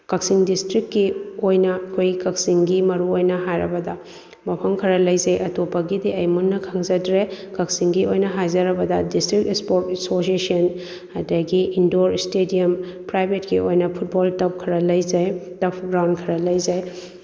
ꯀꯛꯆꯤꯡ ꯗꯤꯁꯇ꯭ꯔꯤꯛꯀꯤ ꯑꯣꯏꯅ ꯑꯩꯈꯣꯏ ꯀꯛꯆꯤꯡꯒꯤ ꯃꯔꯨꯑꯣꯏꯅ ꯍꯥꯏꯔꯕꯗ ꯃꯐꯝ ꯈꯔ ꯂꯩꯖꯩ ꯑꯇꯣꯞꯄꯒꯤꯗꯤ ꯑꯩ ꯃꯨꯟꯅ ꯈꯪꯖꯗ꯭ꯔꯦ ꯀꯛꯆꯤꯡꯒꯤ ꯑꯣꯏꯅ ꯍꯥꯏꯖꯔꯕ ꯗꯤꯁꯇ꯭ꯔꯤꯛ ꯏꯁꯄꯣꯔꯠ ꯑꯦꯁꯣꯁꯦꯁꯟ ꯑꯗꯒꯤ ꯏꯟꯗꯣꯔ ꯏꯁꯇꯦꯗꯤꯌꯝ ꯄ꯭ꯔꯥꯏꯚꯦꯠꯀꯤ ꯑꯣꯏꯅ ꯐꯨꯠꯕꯣꯜ ꯇꯔꯐ ꯈꯔ ꯂꯩꯖꯩ ꯇꯔꯐ ꯒ꯭ꯔꯥꯎꯟ ꯈꯔ ꯂꯩꯖꯩ